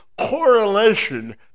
correlation